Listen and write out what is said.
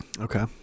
Okay